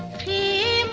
p